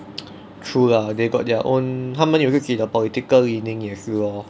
true lah they got their own 他们有自己的 political leaning 也是 lor